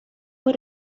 muy